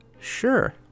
sure